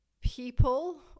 people